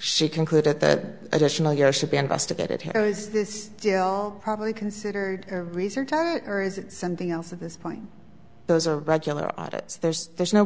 she concluded that additional you know should be investigated probably considered research or is it something else at this point those are regular audits there's there's no